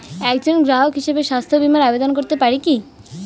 একজন গ্রাহক হিসাবে স্বাস্থ্য বিমার আবেদন করতে পারি কি?